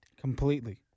Completely